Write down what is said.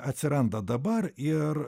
atsiranda dabar ir